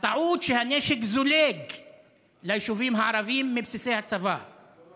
שלא נסיים נאום עם הסיסמה "לא